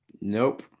Nope